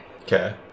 Okay